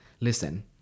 listen